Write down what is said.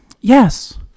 Yes